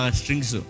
strings